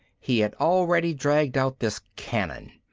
he had already dragged out this cannon.